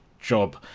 job